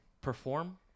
perform